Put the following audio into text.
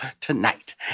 tonight